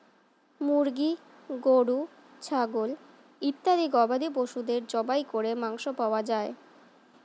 মুরগি, গরু, ছাগল ইত্যাদি গবাদি পশুদের জবাই করে মাংস পাওয়া যায়